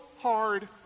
hard